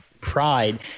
pride